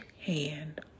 hand